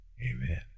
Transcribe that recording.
Amen